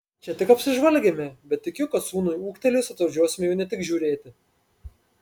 čia tik apsižvalgėme bet tikiu kad sūnui ūgtelėjus atvažiuosime jau ne tik žiūrėti